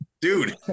dude